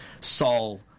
Saul